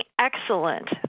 excellent